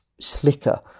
slicker